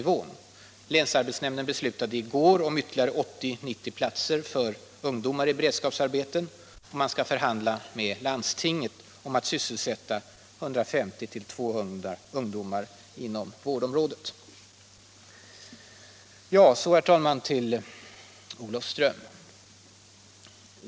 I går beslöt länsarbetsnämnden om ytterligare 80-90 platser för ungdomar i beredskapsarbeten. Och man skall förhandla med landstinget om att sysselsätta 150-200 ungdomar inom vårdområdet. Så till Olofström.